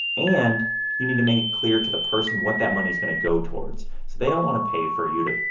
and you need to make it clear to the person what that money's going to go towards. so they don't want to pay for you to,